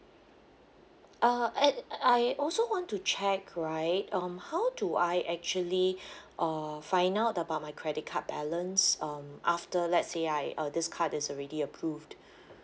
uh and I also want to check right um how do I actually uh find out about my credit card balance um after let's say I uh this card is already approved